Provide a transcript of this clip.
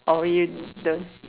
oh you don't